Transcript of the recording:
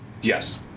yes